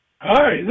Hi